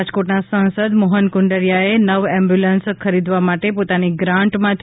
રાજકોટના સાંસદ મોહન કુંડારીયાએ નવ એમ્બ્યુલન્સ ખરીદવા માટે પોતાની ગ્રાંટમાંથી